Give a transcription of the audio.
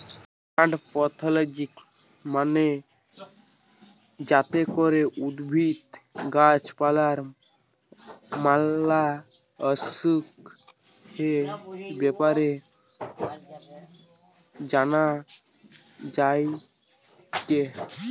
plant pathology মানে যাতে করে উদ্ভিদ, গাছ পালার ম্যালা অসুখের ব্যাপারে জানা যায়টে